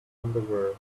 underwear